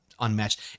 Unmatched